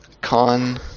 Con